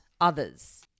others